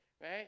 right